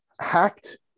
hacked